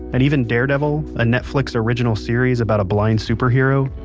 and even daredevil, a netflix original series about a blind superhero,